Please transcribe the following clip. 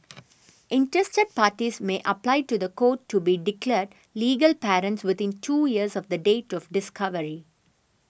interested parties may apply to the court to be declared legal parents within two years of the date of discovery